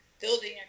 Building